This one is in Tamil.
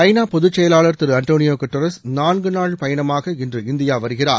ஐநா பொதுச் செயலாளர் திரு அன்டோனியா சூட்ரஸ் நான்கு நாள் பயணமாக இன்று இந்தியா வருகிறார்